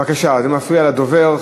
בבקשה, זה מפריע לדובר.